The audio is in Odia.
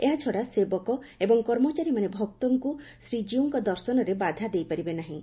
ଏହାଛଡା ସେବକ ଏବଂ କର୍ମଚାରୀମାନେ ଭକ୍ତଙ୍କୁ ଶ୍ରୀକୀଉଙ୍କ ଦର୍ଶନରେ ବାଧା ଦେଇପାରିବେ ନାହିଁ